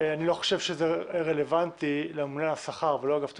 אני לא חושב שזה רלוונטי לממונה על השכר ולא אגף התקציבים,